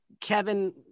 Kevin